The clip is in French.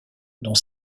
dont